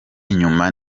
inyuma